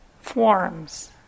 forms